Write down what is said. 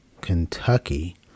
Kentucky